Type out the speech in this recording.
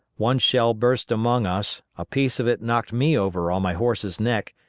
one shell burst among us, a piece of it knocked me over on my horse's neck,